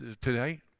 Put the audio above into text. today